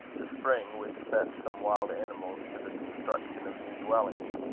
the spring, which sets some wild animals to the construction of new dwellings,